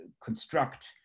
construct